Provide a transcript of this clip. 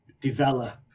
develop